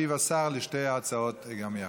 ואחר כך ישיב השר על שתי ההצעות גם יחד.